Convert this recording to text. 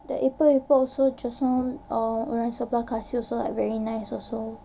the epok-epok also just now err orang sebelah kasih also like very nice also